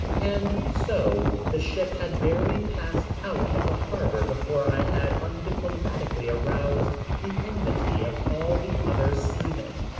and so the ship had barely passed out of the harbor before i had undiplomatically aroused the enmity of all the other seamen,